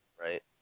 right